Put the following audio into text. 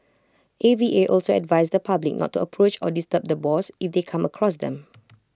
A V A also advised the public not to approach or disturb the boars if they come across them